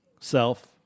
self